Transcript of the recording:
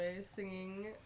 singing